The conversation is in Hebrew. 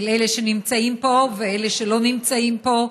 אל אלה שנמצאים פה ואלה שלא נמצאים פה,